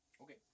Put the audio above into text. Okay